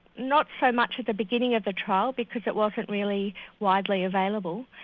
not so much at the beginning of the trial because it wasn't really widely available,